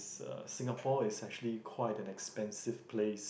uh Singapore is actually quite an expensive place